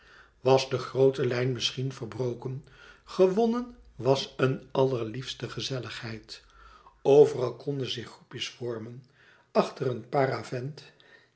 was de groote lijn misschien verbroken gewonnen was een allerliefste gezelligheid overal konden zich groepjes vormen achter een paravent